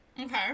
Okay